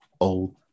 old